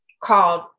called